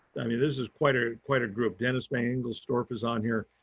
i mean, this is quite a, quite a group dennis vanenglesdorp is on here.